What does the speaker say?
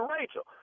Rachel